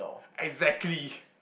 exactly